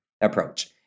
approach